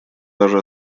даже